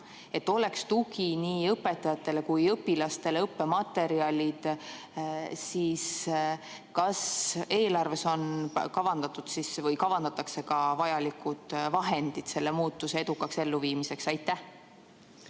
et oleks tugi nii õpetajatele kui ka õpilastele, õppematerjalid. Kas eelarves on kavandatud või kavandatakse ka vajalikud vahendid selle muudatuse edukaks elluviimiseks? Aitäh,